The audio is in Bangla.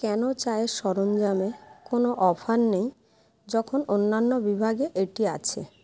কেন চায়ের সরঞ্জামে কোনও অফার নেই যখন অন্যান্য বিভাগে এটি আছে